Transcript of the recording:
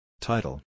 Title